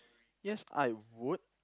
yes I would